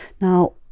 Now